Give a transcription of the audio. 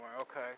okay